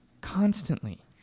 constantly